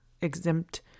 exempt